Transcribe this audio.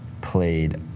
played